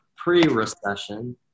pre-recession